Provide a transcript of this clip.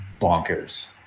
bonkers